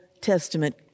Testament